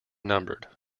numbered